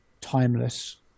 timeless